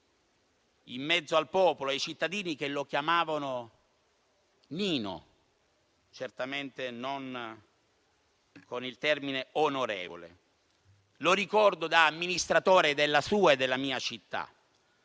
in mezzo al popolo, ai cittadini che lo chiamavano Nino, certamente non con il termine «onorevole». Lo ricordo da amministratore della sua e della mia città